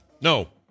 No